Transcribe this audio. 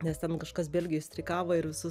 nes ten kažkas belgijoj streikavo ir visus